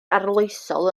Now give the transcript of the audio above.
arloesol